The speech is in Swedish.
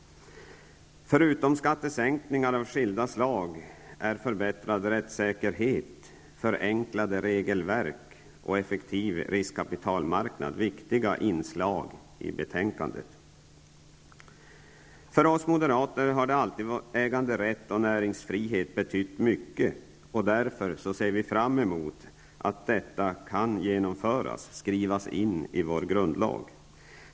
Förutom skattesänkningar av skilda slag är förbättrad rättssäkerhet, förenklade regelverk och effektiv riskkapitalmarknad viktiga frågor som tas upp i betänkandet. För oss moderater har äganderätt och näringsfrihet alltid betytt mycket. Därför ser vi fram emot att detta kan genomföras och skrivas in i vår grundlag.